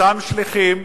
אותם שליחים,